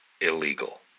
illegal